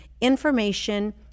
information